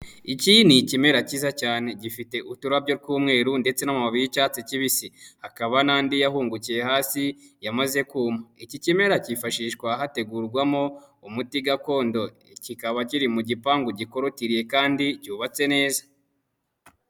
Iki ni ikimera cyiza cyane, gifite uturabyo tw'umweru ndetse n'amababi y'icyatsi kibisi, hakaba n'andi yahungukiye hasi yamaze kuma, iki kimera kifashishwa hategurwamo umuti gakondo, kikaba kiri mu gipangu gikorotiriye kandi cyubatse neza.